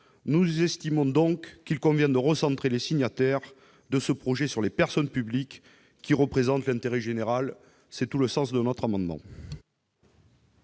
Nous estimons donc qu'il convient de recentrer la signature de ce projet sur les personnes publiques, qui représentent l'intérêt général. Quel est l'avis de la commission